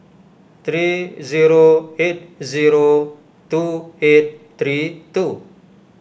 three zero eight zero two eight three two